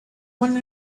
one